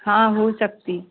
हाँ हो सकती